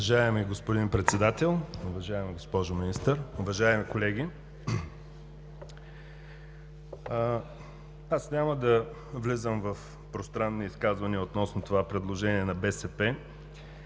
Уважаеми господин Председател, уважаема госпожо Министър, уважаеми колеги! Аз няма да влизам в пространни изказвания относно това предложение на БСП,